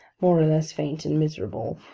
more or less faint and miserable,